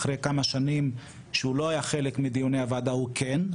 אחרי כמה שנים שהוא לא היה חלק מדיוני הוועדה הוא כן,